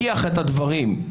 אנחנו ממשיכים בדרכנו.